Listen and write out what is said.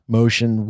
motion